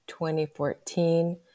2014